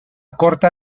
corta